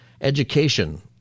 education